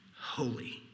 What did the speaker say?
holy